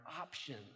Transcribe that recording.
options